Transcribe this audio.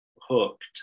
hooked